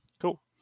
Cool